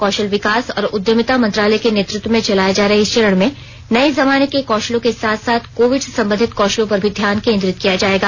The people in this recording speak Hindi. कौशल विकास और उद्यमिता मंत्रालय के नेतृत्व में चलाए जा रहे इस चरण में नए जमाने के कौशलों के साथ साथ कोविड से संबंधित कौशलों पर भी ध्यान केंद्रित किया जाएगा